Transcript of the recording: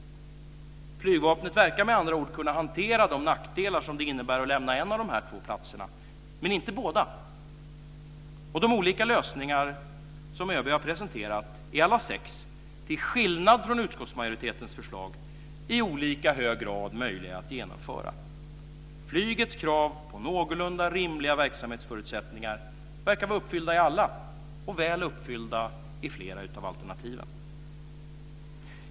Flygvapnet verkar med andra ord kunna hantera de nackdelar som det innebär att lämna en av dessa två platser men inte båda. De olika lösningar som ÖB har presenterat är alla sex till skillnad från utskottsmajoritetens förslag i olika hög grad möjliga att genomföra. Flygets krav på någorlunda rimliga verksamhetsförutsättningar verkar vara uppfyllda i alla och väl uppfyllda i flera av alternativen.